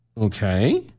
Okay